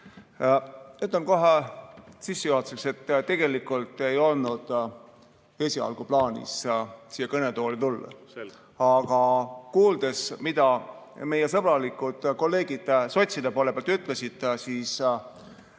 Ütlen kohe sissejuhatuseks, et tegelikult ei olnud mul esialgu plaanis siia kõnetooli tulla. Aga kuuldes, mida meie sõbralikud kolleegid sotside [ridadest] ütlesid, ei